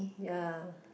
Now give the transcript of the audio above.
ya